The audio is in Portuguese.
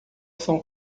são